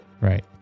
Right